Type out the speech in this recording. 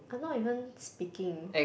I'm not even speaking